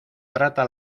trata